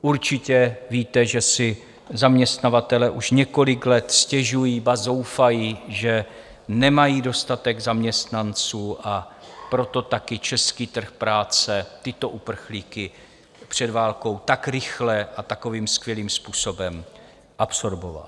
Určitě víte, že si zaměstnavatelé už několik let stěžují, ba zoufají, že nemají dostatek zaměstnanců, a proto taky český trh práce tyto uprchlíky před válkou tak rychle a takovým skvělým způsobem absorboval.